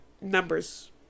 numbers